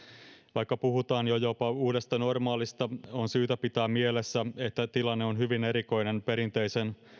vaikka puhutaan jo jopa uudesta normaalista on syytä pitää mielessä että tilanne on hyvin erikoinen perinteisen